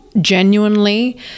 genuinely